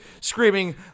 screaming